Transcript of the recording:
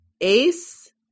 Ace